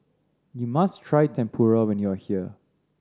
you must try Tempura when you are here